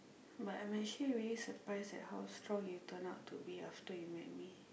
but I'm actually really surprised at how strong you turn out to be after you met me